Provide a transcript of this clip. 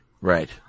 Right